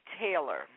Taylor